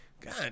God